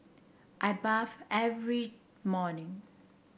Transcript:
I bathe every morning